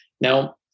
Now